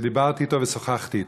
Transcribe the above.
דיברתי אתו ושוחחתי אתו.